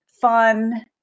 fun